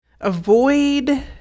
avoid